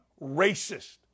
racist